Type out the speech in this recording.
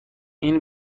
این